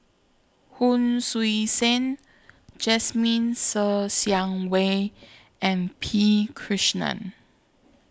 Hon Sui Sen Jasmine Ser Xiang Wei and P Krishnan